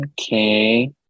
Okay